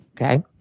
Okay